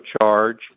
charge